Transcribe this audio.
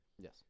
Yes